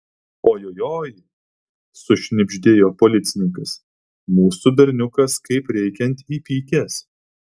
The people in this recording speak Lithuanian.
ojojoi sušnibždėjo policininkas mūsų berniukas kaip reikiant įpykęs